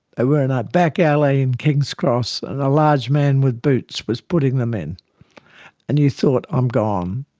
were in a back alley in kings cross and a large man with boots was putting them in and you thought i'm gone.